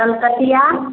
कलकतिआ